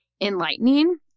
enlightening